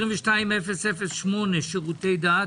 פנייה 22008 22008, שירותי דת.